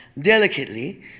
delicately